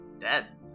dead